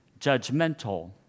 judgmental